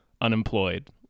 unemployed